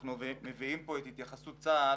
אנחנו מביאים פה את התייחסות צה"ל,